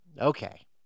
okay